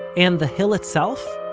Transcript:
and the hill itself?